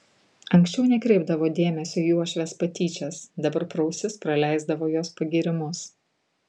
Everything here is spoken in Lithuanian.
anksčiau nekreipdavo dėmesio į uošvės patyčias dabar pro ausis praleisdavo jos pagyrimus